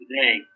today